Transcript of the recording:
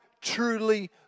truly